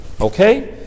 Okay